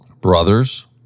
Brothers